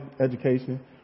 education